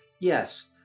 Yes